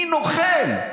מי נוכל?